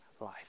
life